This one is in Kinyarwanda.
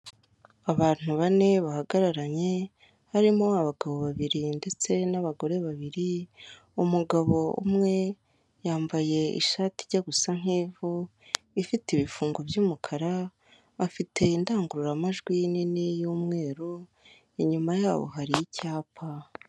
Abantu bane bahagararanye, harimo abagabo babiri ndetse n'abagore babiri, umugabo umwe yambaye ishati ijya gusa nk'ivu ifite ibifungo by'umukara bafite indangururamajwi nini y'umweru, inyuma yabo hari icyapa.